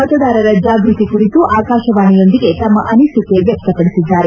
ಮತದಾರರ ಜಾಗೃತಿ ಕುರಿತು ಆಕಾಶವಾಣಿಯೊಂದಿಗೆ ತಮ್ಮ ಅನಿಸಿಕೆ ವ್ಯಕ್ತಪಡಿಸಿದ್ದಾರೆ